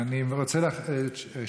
תודה רבה, אדוני השר.